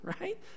right